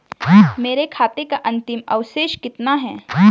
मेरे खाते का अंतिम अवशेष कितना है?